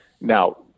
now